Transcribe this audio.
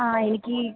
ആ എനിക്ക്